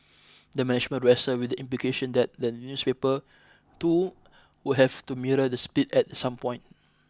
the management wrestled with the implication that the newspaper too would have to mirror the split at some point